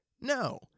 No